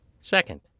Second